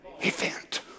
event